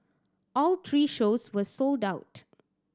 all three shows were sold out